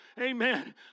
Amen